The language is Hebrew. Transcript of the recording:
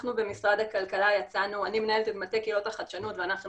אני מנהלת את מטה קהילות החדשנות ואנחנו